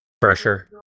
pressure